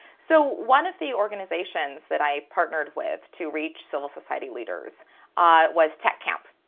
so one of the organizations that i partnered with to reach civil society leaders was techcamp.